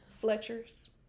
Fletcher's